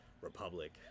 Republic